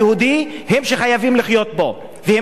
והם אומרים שדואגים לרוב היהודי.